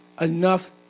enough